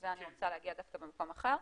אז זה אני רוצה להגיע דווקא ממקום אחר.